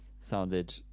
sounded